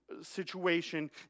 situation